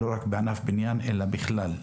לא רק בענף הבנייה אלא בכלל,